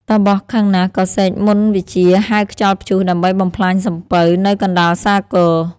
តាបសខឹងណាស់ក៏សេកមន្តវិជ្ជាហៅខ្យល់ព្យុះដើម្បីបំផ្លាញសំពៅ នៅកណ្តាលសាគរ ។